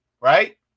right